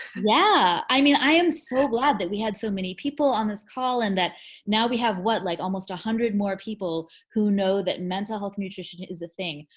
yeah, i mean, i am so glad that we had so many people on this call and that now we have what? like almost one hundred more people who know that mental health nutrition is a thing.